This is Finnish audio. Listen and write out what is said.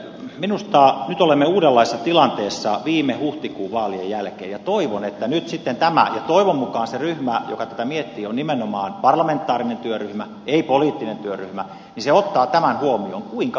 minusta nyt olemme uudenlaisessa tilanteessa viime huhtikuun vaalien jälkeen ja toivon mukaan nyt sitten tämä ryhmä joka tätä miettii on nimenomaan parlamentaarinen työryhmä ei poliittinen työryhmä ja ottaa tämän huomioon kuinka viime vaaleissa kävi